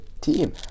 team